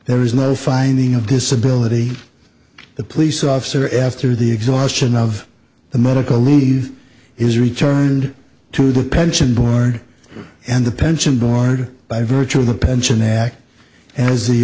there is no finding of disability the police officer after the exhaustion of the medical leave is returned to the pension board and the pension board by virtue of the pension act as the